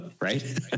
right